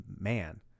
man